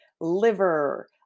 liver